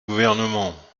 gouvernement